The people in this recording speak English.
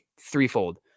threefold